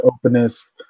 openness